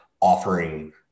offering